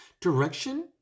direction